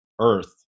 Earth